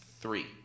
three